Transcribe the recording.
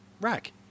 rack